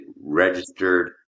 registered